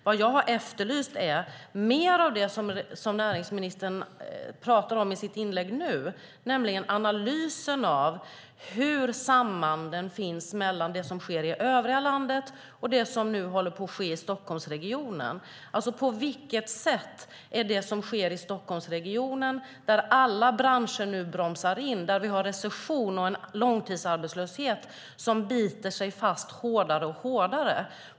Vad jag har efterlyst är mer av det som näringsministern nu pratar om i sitt inlägg, nämligen analysen av de samband som finns mellan det som sker i övriga landet och det som nu håller på att ske i Stockholmsregionen. I Stockholmsregionen bromsar nu alla branscher in. Vi har recession och en långtidsarbetslöshet som biter sig fast hårdare och hårdare.